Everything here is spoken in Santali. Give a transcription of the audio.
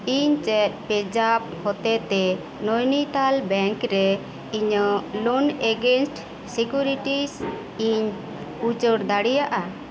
ᱤᱧ ᱪᱮᱫ ᱯᱮᱡᱟᱯ ᱦᱚᱛᱮᱛᱮ ᱱᱚᱭᱱᱤᱛᱟᱞ ᱵᱮᱝᱠ ᱨᱮ ᱤᱧᱟ ᱜ ᱞᱳᱱ ᱮᱜᱮᱱᱥᱴ ᱥᱤᱠᱩᱨᱤᱴᱤᱥ ᱤᱧ ᱩᱪᱟᱹᱲ ᱫᱟᱲᱮᱭᱟᱜᱼᱟ